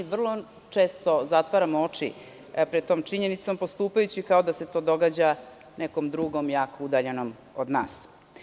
Vrlo četo zatvaramo oči pred tom činjenicom kao da se to događa nekom drugom jako udaljenom od nas.